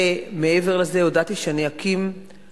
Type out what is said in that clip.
ומעבר לזה הודעתי שאני אקים,